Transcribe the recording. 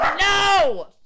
No